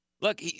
Look